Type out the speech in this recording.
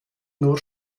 nur